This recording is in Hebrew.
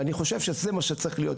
ואני חושב שזה מה שצריך להיות,